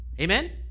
Amen